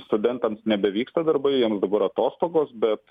studentams nebevyksta darbai jiems dabar atostogos bet